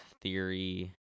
Theory